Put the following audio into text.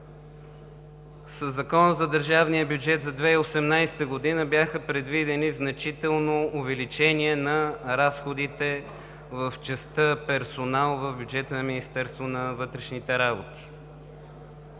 Закона за държавния бюджет за 2018 г. бяха предвидени значителни увеличения на разходите в частта „Персонал“ в бюджета на Министерството на вътрешните работи.